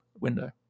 window